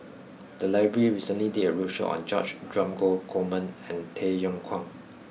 the library recently did a roadshow on George Dromgold Coleman and Tay Yong Kwang